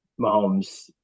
Mahomes